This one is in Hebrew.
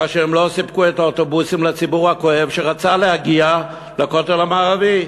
כאשר הם לא סיפקו את האוטובוסים לציבור הכואב שרצה להגיע לכותל המערבי,